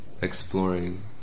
exploring